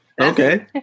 Okay